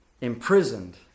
imprisoned